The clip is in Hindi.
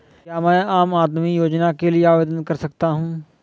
क्या मैं आम आदमी योजना के लिए आवेदन कर सकता हूँ?